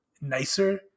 nicer